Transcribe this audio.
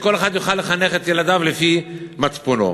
שכל אחד יוכל לחנך את ילדיו לפי מצפונו,